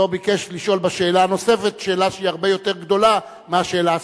לא ביקש לשאול בשאלה הנוספת שאלה שהיא הרבה יותר גדולה מהשאלה הספציפית.